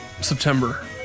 September